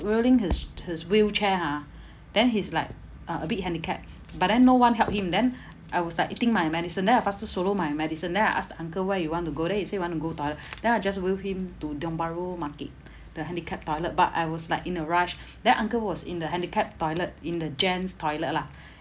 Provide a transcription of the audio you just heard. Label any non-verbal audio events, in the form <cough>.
wheeling his his wheelchair ha then he's like uh a bit handicap but then no one helped him then I was like eating my medicine then I faster swallow my medicine then I asked the uncle where you want to go then he say want to go toilet <breath> then I just wheel him to tiong bahru market the handicap toilet but I was like in a rush then uncle was in the handicapped toilet in the gents toilet lah